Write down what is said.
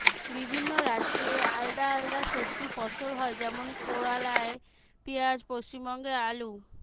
বিভিন্ন রাজ্যে আলদা আলদা সবজি ফসল হয় যেমন কেরালাই পিঁয়াজ, পশ্চিমবঙ্গে আলু